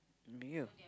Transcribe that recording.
mirror